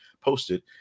posted